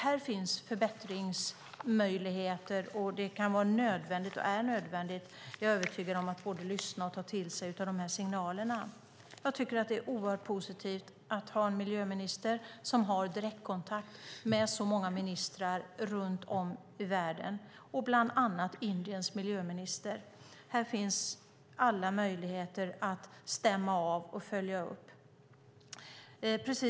Här finns möjligheter till förbättringar. Det är nödvändigt att lyssna på och ta till sig dessa signaler. Jag tycker att det är positivt att ha en miljöminister som har direktkontakt med så många ministrar runt om i världen, bland annat Indiens miljöminister. Här finns alla möjligheter att stämma av och följa upp.